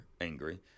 angry